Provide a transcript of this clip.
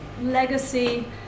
legacy